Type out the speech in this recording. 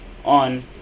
on